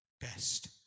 best